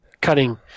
cutting